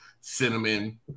cinnamon